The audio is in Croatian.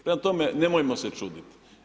Prema tome nemojmo se čuditi.